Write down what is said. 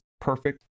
perfect